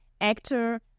actor